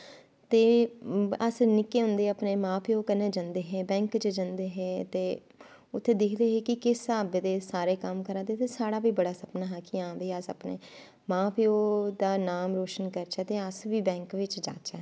ते अस निक्के होंदे अपने मां प्यो कन्नै जंदे हे बैंक च जंदे हे ते उत्थें दिखदे हे किस हिसाबे दे सारे कम्म करा दे साढ़ा बी इक बड़ा सपना हा कि हां भाई अस अपने मां प्यो दा नांऽ रोशन करचै ते अस बैंक बिच्च जाह्चै